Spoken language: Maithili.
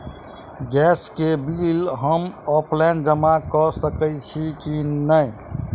गैस केँ बिल हम ऑनलाइन जमा कऽ सकैत छी की नै?